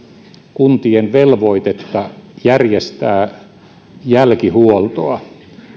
kuntien velvoitetta järjestää jälkihuoltoa